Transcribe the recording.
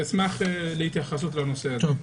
אשמח להתייחסות בנושא הזה.